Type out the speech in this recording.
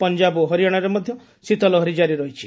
ପଞ୍ଜାବ ଓ ହରିଆଣାରେ ମଧ୍ୟ ଶୀତ ଲହରୀ ଜାରି ରହିଛି